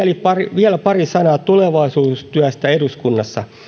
vielä pari sanaa tulevaisuustyöstä eduskunnassa